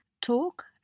talk